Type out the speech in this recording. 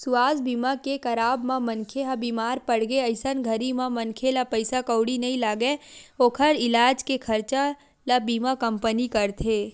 सुवास्थ बीमा के कराब म मनखे ह बीमार पड़गे अइसन घरी म मनखे ला पइसा कउड़ी नइ लगय ओखर इलाज के खरचा ल बीमा कंपनी करथे